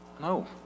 No